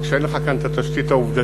רק שאין לך כאן תשתית עובדתית.